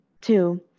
Two